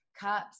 cups